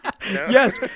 yes